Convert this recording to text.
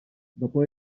dopo